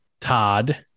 Todd